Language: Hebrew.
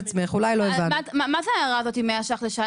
מה זה ההערה הזאת 100 ש"ח לשעה?